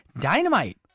Dynamite